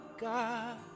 God